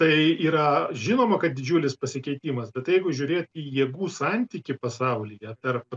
tai yra žinoma kad didžiulis pasikeitimas bet jeigu žiūrėt į jėgų santykį pasaulyje tarp